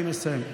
אני מסיים.